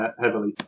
heavily